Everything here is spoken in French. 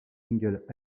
singles